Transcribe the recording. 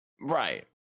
Right